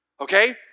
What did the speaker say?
okay